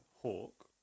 Hawk